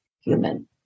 human